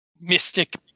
mystic